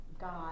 God